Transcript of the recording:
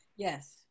Yes